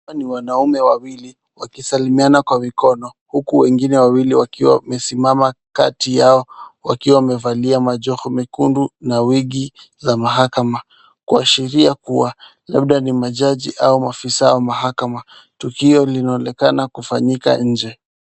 Hawa ni wanaume wawili, wakisalimiana kwa mikono. Huku wengine wawili wakiwa wamesimama kati yao wakiwa wamevalia majoho mekundu na wigi za mahakama. Kuashiria kuwa, labda ni majaji au maafisa wa mahakama. Tukio linaonekana kufanyika nje.